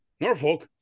Norfolk